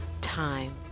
time